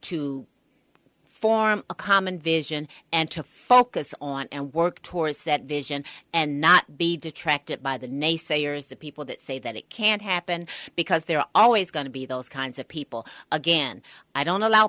to form a common vision and to focus on and work towards that vision and not be detracted by the naysayers the people that say that it can't happen because there are always going to be those kinds of people again i don't allow